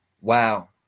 Wow